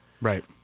Right